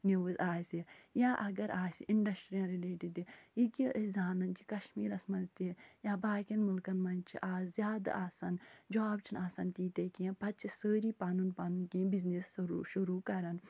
news آسہِ یا اگر آسہِ اںٛڈسٹرٛی یَن رِلیٹڈ تہِ یہِ کہِ أسۍ زانان چھِ کشمیٖرس منٛز تہِ یا باقین مُلکن منٛز چھِ آز زیادٕ آسان جاب چھِنہٕ آسان تیٖتیٛاہ کیٚنٛہہ پتہٕ چھِ سٲری پنُن پنُن کیٚنٛہہ بِزنِس سُرو شُروع کَران